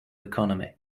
economy